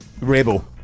Rebel